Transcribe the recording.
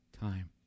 time